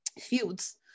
fields